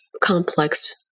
complex